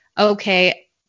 okay